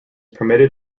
permitted